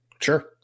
Sure